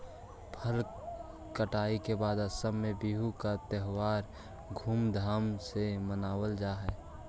फसल कटाई के बाद असम में बिहू का त्योहार धूमधाम से मनावल जा हई